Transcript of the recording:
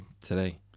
today